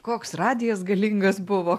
koks radijas galingas buvo